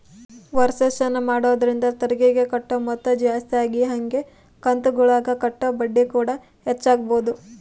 ವರ್ಷಾಶನ ಮಾಡೊದ್ರಿಂದ ತೆರಿಗೆಗೆ ಕಟ್ಟೊ ಮೊತ್ತ ಜಾಸ್ತಗಿ ಹಂಗೆ ಕಂತುಗುಳಗ ಕಟ್ಟೊ ಬಡ್ಡಿಕೂಡ ಹೆಚ್ಚಾಗಬೊದು